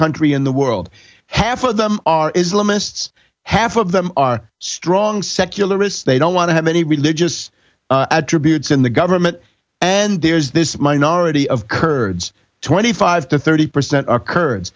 country in the world half of them are islamists half of them are strong secularists they don't want to have any religious attributes in the government and there's this minority of kurds twenty five to thirty percent